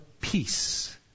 peace